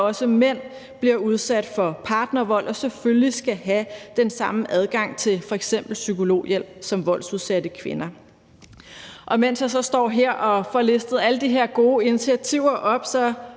at også mænd bliver udsat for partnervold, og selvfølgelig skal de have den samme adgang til f.eks. psykologhjælp som voldsudsatte kvinder. Mens jeg så står her og lister alle de her gode initiativer op,